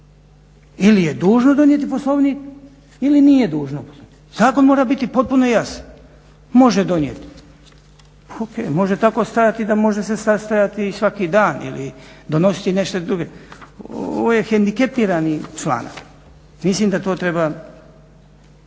Ili je dužno donijeti Poslovnik ili nije dužno. Zakon mora biti potpuno jasan. Može donijeti, o.k. Može tako stajati da može se sastajati i svaki dan ili donositi nešto drugo. Ovo je hendikepirani članak. Mislim da to treba